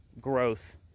growth